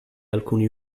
alcuni